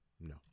No